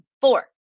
four